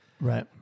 Right